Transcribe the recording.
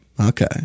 Okay